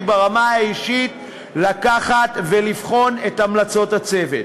ברמה האישית לקחת ולבחון את המלצות הצוות.